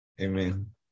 Amen